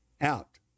out